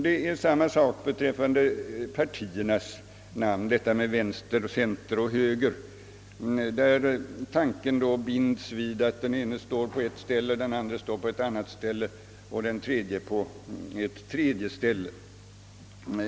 Det är samma sak beträffande partiernas namn — detta med vänster, center och höger, där tanken då binds vid att den ena står på ett ställe, den andra på ett annat ställe och den tredje på ett tredie ställe.